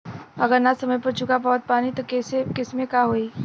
अगर ना समय पर चुका पावत बानी तब के केसमे का होई?